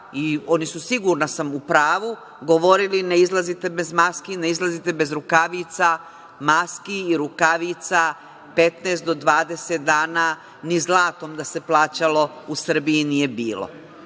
i oni su, sigurna sam, u pravu, govorili – ne izlazite bez maski, ne izlazite bez rukavica. Maski i rukavica 15 do 20 dana ni zlatom da se plaćalo u Srbiji nije bilo,